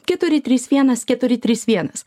keturi trys vienas keturi trys vienas